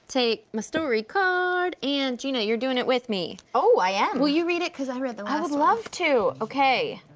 take my story card and gina, you're doing it with me. oh, i am. will you read it cause i read the last one. i would love to, okay.